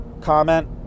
comment